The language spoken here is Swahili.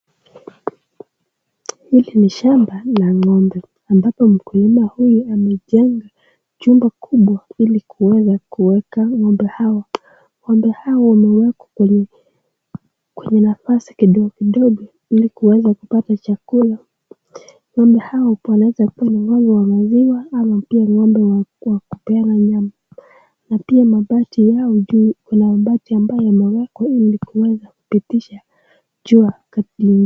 Hili ni shamba la ng'ombe ambapo mkulima huyu amejenga jumba kubwa ili kuweza kuweka ng'ombe hawa , ng'ombe hawa wamewekwa kwenye nafasi kidogo kidogo ili kuweza kupata chakula , ng'ombe hao wanawezakuwa ni ng'ombe wa maziwa ama tu ni ng'ombe wa kupeana nyama na pia mabati yao juu kuna mabati ambayo yamewekwa ili kuweza kupitisha jua.